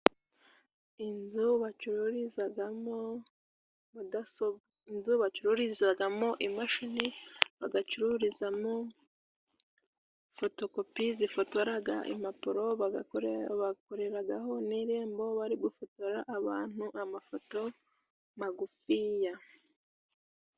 Inzu bacururizagamo mudaso, inzu bacururizagamo imashini ,bagacururizamo fotokopi zifotoraga impapuro ,bakoreragaho n'irembo bari gufotora abantu amafoto magufiya.